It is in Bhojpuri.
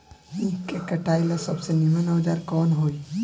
ईख के कटाई ला सबसे नीमन औजार कवन होई?